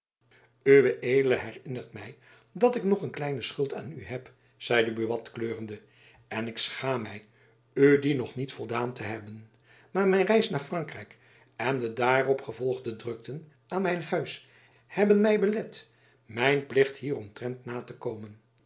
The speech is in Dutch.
herinnert my dat ik nog een kleine schuld aan u heb zeide buat kleurende en ik schaam my u die nog niet voldaan te hebben maar mijn jacob van lennep elizabeth musch reis naar frankrijk en de daarop gevolgde drukten aan mijn huis hebben my belet mijn plicht hieromtrent na te komen